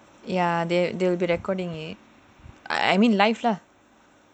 ya they they will be recording it I mean live lah